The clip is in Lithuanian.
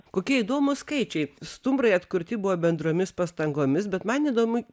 kokie įdomūs skaičiai stumbrai atkurti buvo bendromis pastangomis bet man įdomu